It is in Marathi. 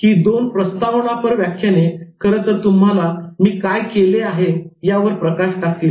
ही दोन प्रस्तावना पर व्याख्याने खरंतर तुम्हाला मी काय केले आहे यावर प्रकाश टाकतील